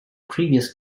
previous